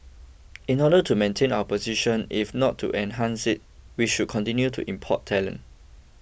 in order to maintain our position if not to enhance it we should continue to import talent